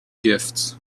gifts